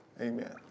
Amen